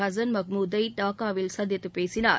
Hassan Mahmud தை டாக்காவில் சந்தித்துப் பேசினார்